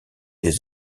des